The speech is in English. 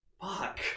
fuck